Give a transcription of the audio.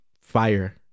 fire